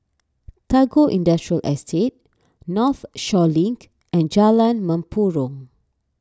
Tagore Industrial Estate Northshore Link and Jalan Mempurong